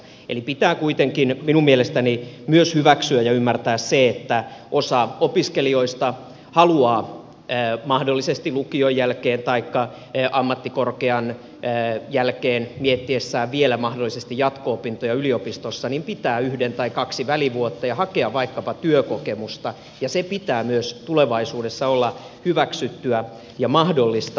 eli pitää kuitenkin minun mielestäni myös hyväksyä ja ymmärtää se että osa opiskelijoista haluaa mahdollisesti lukion jälkeen taikka ammattikorkean jälkeen miettiessään vielä mahdollisesti jatko opintoja yliopistossa pitää yhden tai kaksi välivuotta ja hakea vaikkapa työkokemusta ja sen pitää myös tulevaisuudessa olla hyväksyttyä ja mahdollista